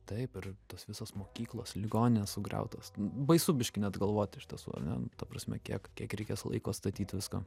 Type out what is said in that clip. taip ir tos visos mokyklos ligoninės sugriautos baisu biškį net galvoti iš tiesų ane ta prasme kiek kiek reikės laiko atstatyti viską